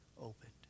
opened